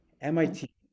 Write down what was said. MIT